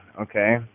okay